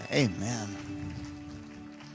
Amen